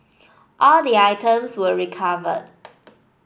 all the items were recovered